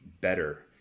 better